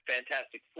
Fantastic